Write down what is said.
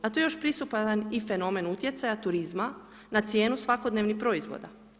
A tu je još prisutan i fenomen utjecaja turizma na cijenu svakodnevnih proizvoda.